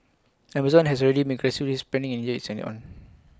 Amazon has already make aggressively expanding India its own